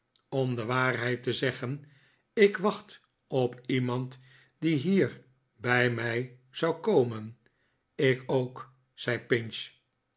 om de waarheid te zeggen ik wacht op iemand die hier bij mij zou komen ik ook zei pinch